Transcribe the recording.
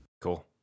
Cool